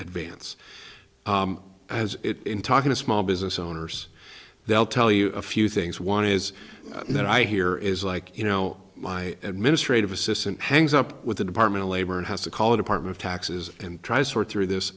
advance as in talking to small business owners they'll tell you a few things one is that i hear is like you know my administrative assistant hangs up with the department of labor and has to call a department taxes and tries sort through this